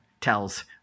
tells